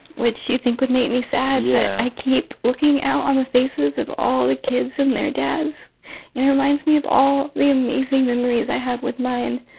which you think would make me sad yeah but i keep looking out on the faces of all the kids and their dads. and it reminds me of all the amazing memories i had with mine.